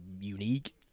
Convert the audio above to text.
unique